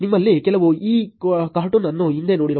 ನಿಮ್ಮಲ್ಲಿ ಕೆಲವರು ಈ ಕಾರ್ಟೂನ್ ಅನ್ನು ಹಿಂದೆ ನೋಡಿರಬಹುದು